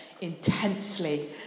Intensely